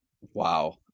Wow